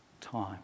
time